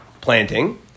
planting